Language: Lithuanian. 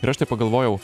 ir aš taip pagalvojau